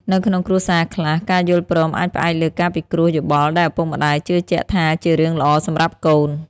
នៅក្នុងគ្រួសារខ្លះ ការយល់ព្រមអាចផ្អែកលើការពិគ្រោះយោបល់ដែលឪពុកម្ដាយជឿជាក់ថាជារឿងល្អសម្រាប់កូន។